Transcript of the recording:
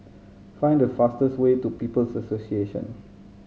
find the fastest way to People's Association